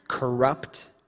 corrupt